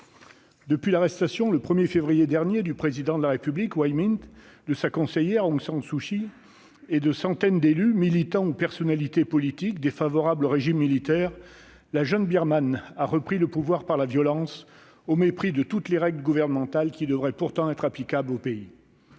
Depuis l'arrestation, le 1 février dernier, du président de la république, Win Myint, de sa conseillère, Aung San Suu Kyi, et de centaines d'élus, militants ou personnalités politiques défavorables au régime militaire, la junte birmane a repris le pouvoir par la violence, au mépris de toutes les règles gouvernementales qui devraient pourtant être applicables au pays.